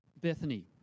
Bethany